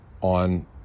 on